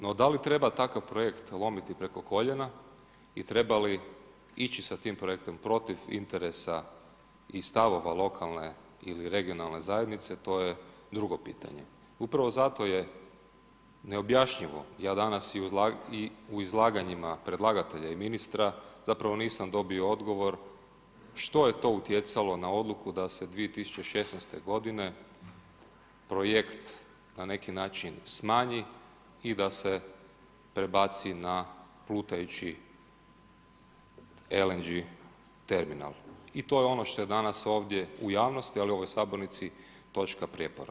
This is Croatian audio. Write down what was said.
No da li treba takav projekt lomiti preko koljena i treba li ići sa tim projektom protiv interesa i stavova lokalne ili regionalne zajednice to je drugo pitanje. upravo zato je neobjašnjivo, ja danas i u izlaganjima predlagatelja i ministra nisam dobio odgovor što je to utjecalo na odluku da se 2016. godine projekt na neki način smanji i da se prebaci na plutajući LNG terminal i to je ono što je danas ovdje u javnosti, ali i u ovoj sabornici točka prijepora.